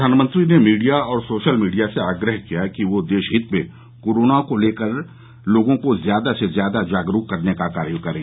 प्रधानमंत्री ने मीडिया और सोशल मीडिया से आग्रह किया है कि वह देश हित में कोरोना को लेकर लोगों को ज्यादा से ज्यादा जागरूक करने का कार्य करें